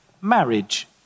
Marriage